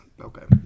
okay